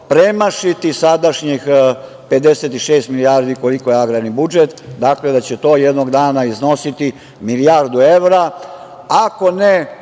premašiti sadašnjih 56 milijardi, koliko je agrarni budžet, dakle, da će to jednog dana iznositi milijardu evra,